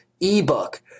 Ebook